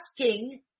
asking